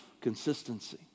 consistency